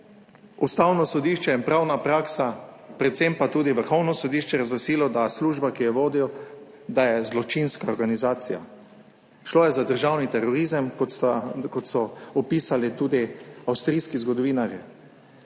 Ustavno sodišče in Pravna praksa, predvsem pa tudi Vrhovno sodišče razglasilo, da je služba, ki jo je vodil, zločinska organizacija. Šlo je za državni terorizem, kot so opisali tudi avstrijski zgodovinarji.